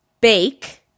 bake